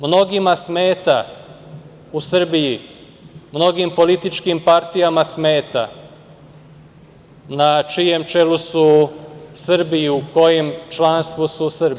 Mnogima smeta u Srbiji, mnogim političkim partijama smeta na čijem čelu su Srbi, u čijem članstvu su Srbi.